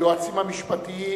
ליועצים המשפטיים